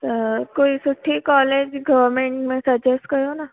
त कोई सुठी कॉलेज गवर्मेंट में सजेस्ट कयो न